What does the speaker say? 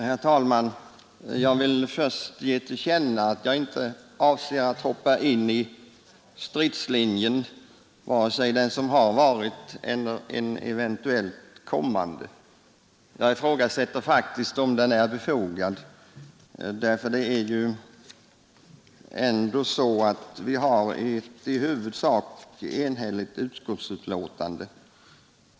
Herr talman! Jag vill först ge till känna att jag inte avser att hoppa in i stridslinjen, vare sig den som har varit eller en eventuellt kommande. Jag ifrågasätter faktiskt om strid är befogad. Vi har ju ändå ett i huvudsak enhälligt utskottsbetänkande.